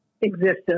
existence